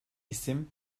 isim